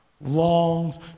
longs